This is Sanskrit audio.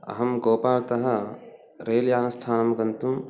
अहं गोपाल्तः रेल्यानस्थानं गन्तुं